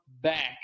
back